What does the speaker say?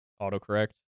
autocorrect